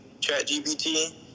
ChatGPT